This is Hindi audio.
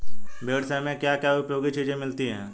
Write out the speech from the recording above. भेड़ से हमें क्या क्या उपयोगी चीजें मिलती हैं?